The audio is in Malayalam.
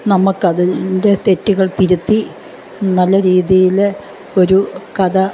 നമ്മൾക്ക് അതിൻ്റെ തെറ്റുകൾ തിരുത്തി നല്ല രീതിയിൽ ഒരു കഥ